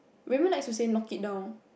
we haven't like to say knock it down